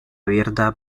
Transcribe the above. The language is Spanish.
abierta